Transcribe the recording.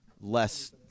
Less